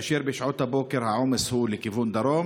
בשעות הבוקר העומס הוא לכיוון דרום